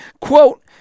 Quote